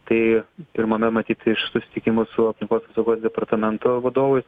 tai pirmame matyt iš susitikimų su aplinkos apsaugos departamento vadovais